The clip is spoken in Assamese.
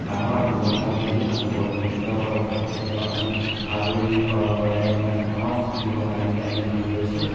ডাঙৰ ব্যৱসায় বুলি আমি পৰিলক্ষিতভাৱে তেখেতক আমি ভাল ক দৰে এজন ডাঙৰ ব্যৱসায় বুলি আমি মানি লৈছোঁ